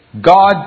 God